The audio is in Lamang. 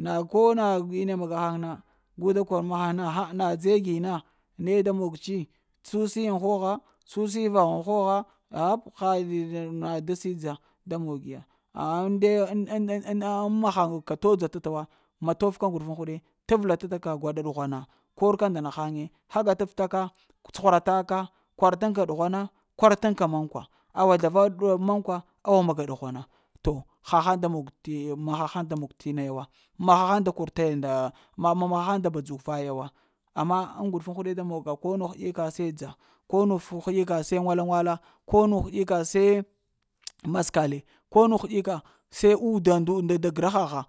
na kona ine maga haŋ na gu da kor mahay na haaa na dze gina, ne da mog tsi, susi ŋ ghogha, sosi vogh-ŋ-ghogha, p hap ha ɗi da na da si dza, da mog ya haa ŋ nde-ŋ nde amma haka todz ta-ta wa, ma tof ka t'ŋguɗufuŋ huɗe, ta vəla ta ta ka gaɗa ɗughwana kor ka nda naghaŋe, haga taf ta ka cuhura ta ka, kwara taŋ ka ɗughwana, kwara taŋ ka man kwa. Awa zlava ɗab mankwa awa maga ɗughwana, to hahaŋ da mog t'ya ma hahaŋ da mog t'ina ya wa ma ha haŋ da kor taya nda ma-ma ha haŋ da badzuk vaya wa, amma ŋ ŋguɗufuŋ huɗe da mog ka, ko nu haɗeka se dza, ko nu həɗeka se nwala-nwala, ko nu həɗeka se maskale ko nu həɗika se uda ndu nda gra